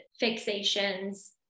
fixations